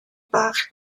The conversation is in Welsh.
bach